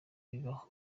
bibaho